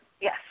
yes